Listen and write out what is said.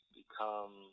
become